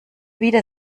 wieder